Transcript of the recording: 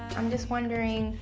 i'm just wondering,